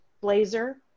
blazer